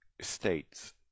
states